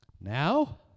Now